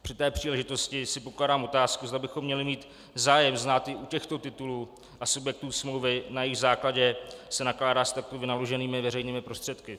Při té příležitosti si pokládám otázku, zda bychom měli mít zájem znát i u těchto titulů a subjektů smlouvy, na jejichž základě se nakládá s takto vynaloženými veřejnými prostředky.